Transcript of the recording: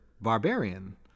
barbarian